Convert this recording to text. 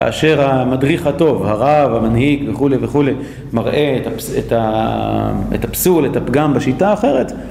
כאשר המדריך הטוב, הרב, המנהיג וכולי וכולי מראה את הפסול, את הפגם בשיטה אחרת